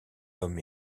sont